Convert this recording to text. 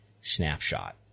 snapshot